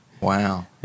Wow